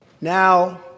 Now